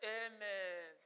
amen